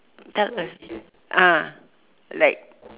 tell a ah like